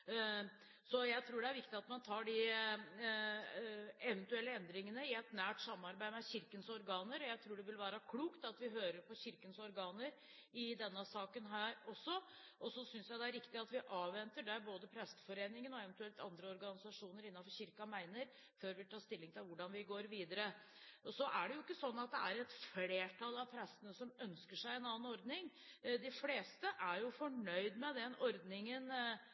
Så jeg tror det er viktig at man tar de eventuelle endringene i et nært samarbeid med Kirkens organer, og jeg tror det vil være klokt å høre på Kirkens organer også i denne saken. Så synes jeg det er riktig at vi avventer både det Presteforeningen og eventuelt andre organisasjoner innenfor Kirken mener, før vi tar stilling til hvordan vi går videre. Så er det jo ikke slik at et flertall av prestene ønsker seg en annen ordning. De fleste er fornøyd med ordningen slik den